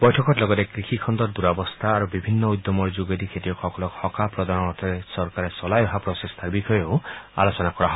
বৈঠকত লগতে কৃষিখণ্ডৰ দূৰৱস্থা আৰু বিভিন্ন উদ্যমৰ যোগেদি খেতিয়কসকলক সকাহ প্ৰদানৰ অৰ্থে চৰকাৰে চলাই অহা প্ৰচেষ্টাৰ বিষয়েও আলোচনা কৰা হয়